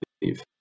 believe